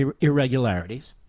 irregularities